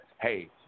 hey